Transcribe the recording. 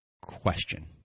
question